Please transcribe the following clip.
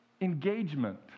engagement